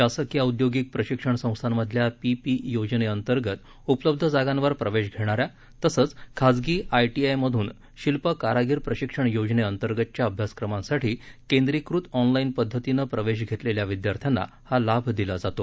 शासकीय औदयोगिक प्रशिक्षण संस्थांमधल्या पीपीपी योजने अंतर्गत उपलब्ध जागांवर प्रवेश घेणाऱ्या तसंच खाजगी आय ीआयमधून शिल्प कारागिर प्रशिक्षण योजने अंतर्गतच्या अभ्यासक्रमांसाठी केंद्रीकृत ऑनलाईन पध्दतीनं प्रवेश घेतलेल्या विद्यार्थ्यांना हा लाभ दिला जातो